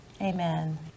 Amen